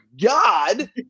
God